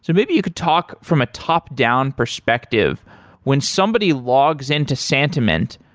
so maybe you could talk from a top-down perspective when somebody logs in to santiment,